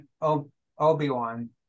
Obi-Wan